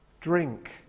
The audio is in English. drink